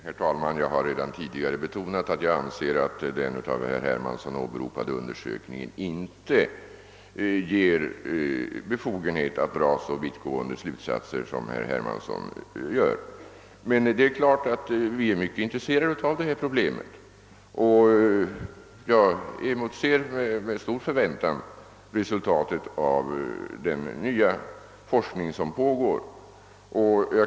Herr talman! Jag har redan tidigare betonat att jag inte anser det befogat att av den av herr Hermansson åberopade undersökningen dra så vittgående slutsatser som herr Hermansson gör. Vi är naturligtvis mycket intresserade av detta problem, och jag emotser med stor förväntan resultatet av den nya forskning som pågår.